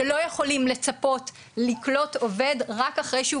שלא יכולים לצפות לקלוט עובד רק אחרי שהוא